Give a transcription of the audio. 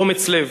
אומץ לב.